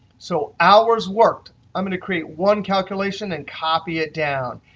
so hours worked i'm going to create one calculation and copy it down.